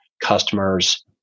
customers